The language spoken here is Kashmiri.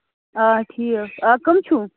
آ ٹھیٖک آ کَم چھُو